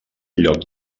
lloc